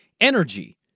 energy